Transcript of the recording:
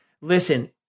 Listen